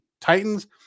Titans